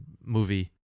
Movie